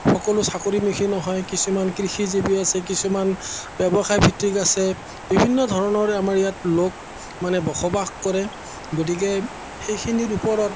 সকলো চাকৰি মুখি নহয় কিছুমান কৃষিজীৱী আছে কিছুমান ব্যৱসায় ভিত্তিক আছে বিভিন্ন ধৰণৰ আমাৰ ইয়াত লোক মানে বসবাস কৰে গতিকে সেইখিনিৰ ওপৰত